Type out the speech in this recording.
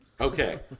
Okay